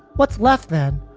what's left, then,